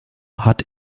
hat